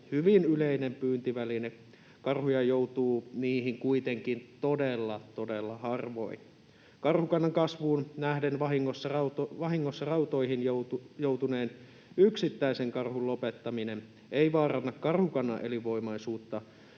hyvin yleinen pyyntiväline. Karhuja joutuu niihin kuitenkin todella, todella harvoin. Karhukannan kasvuun nähden vahingossa rautoihin joutuneen yksittäisen karhun lopettaminen ei vaaranna karhukannan elinvoimaisuutta,